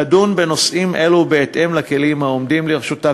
תדון בנושאים אלו בהתאם לכלים העומדים לרשותה.